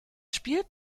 spielt